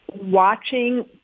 watching